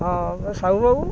ହଁ ସାହୁ ବାବୁ